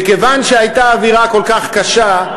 מכיוון שהייתה אווירה כל כך קשה,